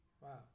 wow